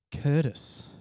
Curtis